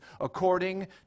according